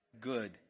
Good